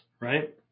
right